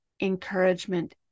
encouragement